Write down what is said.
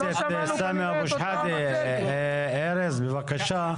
ארז בבקשה.